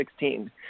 2016